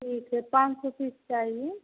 ठीक है पाँच सौ पीस चाहिए